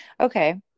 okay